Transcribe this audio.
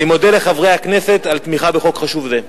אני מודה לחברי הכנסת על תמיכה בחוק חשוב זה.